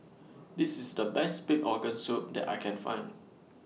This IS The Best Pig Organ Soup that I Can Find